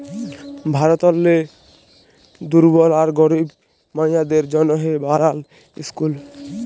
ভারতেরলে দুর্বল আর গরিব মাইয়াদের জ্যনহে বালাল ইসকুল